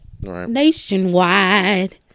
nationwide